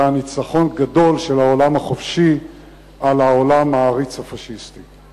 שהיה ניצחון גדול של העולם החופשי על העולם העריץ הפאשיסטי.